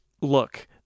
look